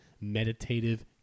meditative